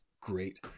great